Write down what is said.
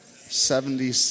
Seventy